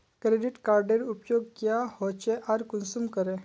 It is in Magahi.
क्रेडिट कार्डेर उपयोग क्याँ होचे आर कुंसम करे?